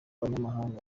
abanyamahanga